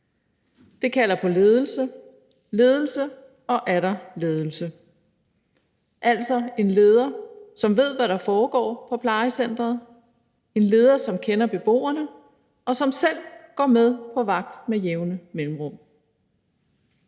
Det kalder på ledelse, ledelse og atter ledelse, altså en leder, som ved, hvad der foregår på plejecenteret, en leder, som kender beboerne, og som selv går med på vagt med jævne mellemrum.